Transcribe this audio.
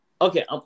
okay